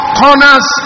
corners